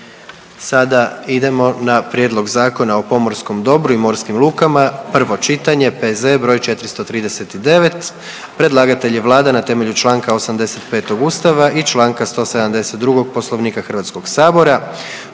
Sada idemo na: - Prijedlog Zakona o pomorskom dobru i morskim lukama, prvo čitanje, P.Z. broj 439 Predlagatelj je Vlada na temelju Članka 85. Ustava i Članka 172. Poslovnika Hrvatskog sabora.